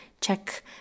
check